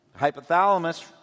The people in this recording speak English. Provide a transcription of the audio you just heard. Hypothalamus